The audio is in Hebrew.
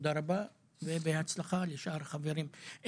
תודה רבה ובהצלחה לשאר החברים.